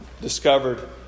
discovered